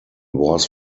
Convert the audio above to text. was